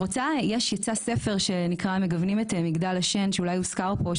יצא ספר שנקרא מגוונים את מגדל השן שאולי הוזכר פה,